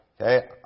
Okay